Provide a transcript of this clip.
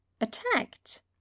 Attacked